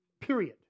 period